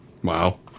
Wow